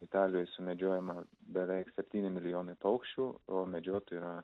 italijoj sumedžiojama beveik septyni milijonai paukščių o medžiotojų